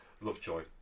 Lovejoy